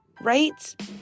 right